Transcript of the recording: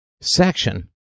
section